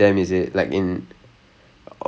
uh we need to do with them also